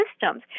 systems